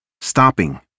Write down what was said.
stopping